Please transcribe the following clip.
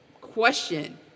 Question